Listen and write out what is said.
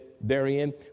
therein